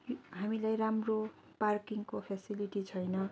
हामीलाई राम्रो पार्किङको फेसिलिटी छैन